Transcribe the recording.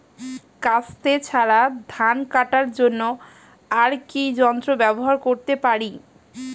কাস্তে ছাড়া ধান কাটার জন্য আর কি যন্ত্র ব্যবহার করতে পারি?